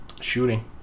Shooting